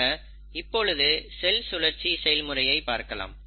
ஆக இப்பொழுது செல் சுழற்சி செய்முறையை பார்க்கலாம்